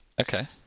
Okay